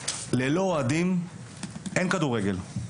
ללא אוהדים אין כדורגל.